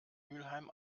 mülheim